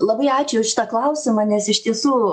labai ačiū už šitą klausimą nes iš tiesų